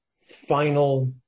final